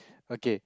okay